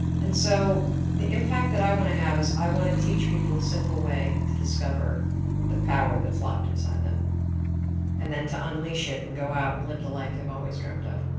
and so the impact that i want to have is i want to teach people a simple way to discover the power that's locked inside them and then to unleash it and go out and live the life they've always dreamt of.